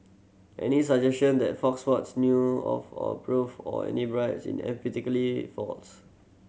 any suggestion that Fox Sports knew of or approved of any bribes is emphatically false